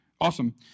Awesome